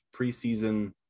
preseason